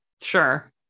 Sure